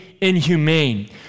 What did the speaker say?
inhumane